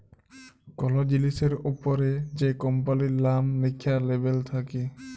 call জিলিসের অপরে যে কম্পালির লাম ল্যাখা লেবেল থাক্যে